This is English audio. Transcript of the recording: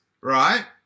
right